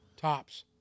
Tops